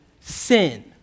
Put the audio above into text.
sin